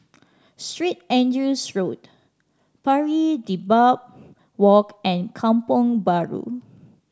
Street Andrew's Road Pari Dedap Walk and Kampong Bahru